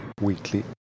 weekly